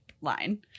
line